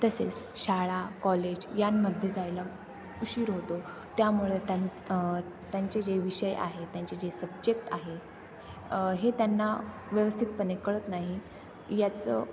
तसेच शाळा कॉलेज यामध्ये जायला उशीर होतो त्यामुळे त्यां त्यांचे जे विषय आहे त्यांचे जे सब्जेक्ट आहे हे त्यांना व्यवस्थितपणे कळत नाही याचं